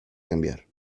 cambiar